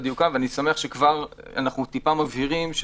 דיוקן ואני שמח שאנחנו טיפה מבהירים.